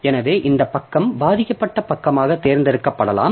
எனவே இந்த பக்கம் பாதிக்கப்பட்ட பக்கமாக தேர்ந்தெடுக்கப்படலாம்